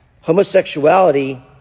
homosexuality